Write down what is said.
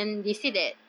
ah